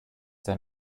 der